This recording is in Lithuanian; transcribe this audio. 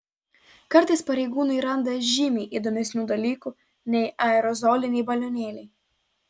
kartais pareigūnai randa žymiai įdomesnių dalykų nei aerozoliniai balionėliai